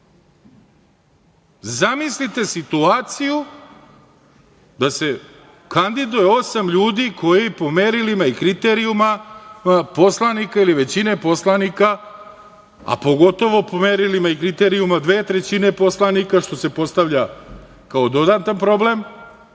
izaberu. Zamislite situaciju da se kandiduje osam ljudi koji po merilima ili kriterijumima poslanika ili većine poslanika, a pogotovu po merilima i kriterijumima dve trećine poslanika, što se postavlja kao dodatni problem,